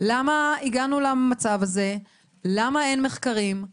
למה הגענו למצב הזה, למה אין מחקרים,